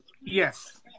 Yes